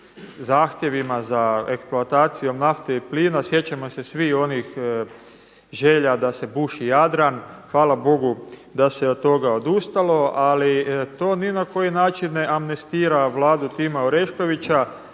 zahtjevima za eksploataciju nafte i plina. Sjećamo se svi onih želja da se buši Jadran, hvala Bogu da se od toga odustalo, ali to ni na koji način ne amnestira vladu Tima Oreškovića,